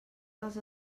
dels